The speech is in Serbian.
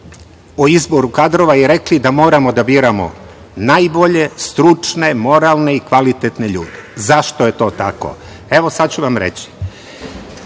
o izboru kadrova i rekli da moramo da biramo najbolje, stručne, moralne i kvalitetne ljude. Zašto je to tako? Evo, sad ću vam reći.